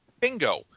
Bingo